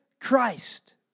Christ